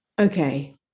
okay